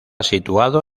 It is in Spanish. situado